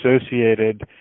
associated